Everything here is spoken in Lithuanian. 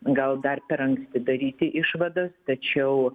gal dar per anksti daryti išvadas tačiau